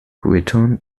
breton